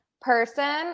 person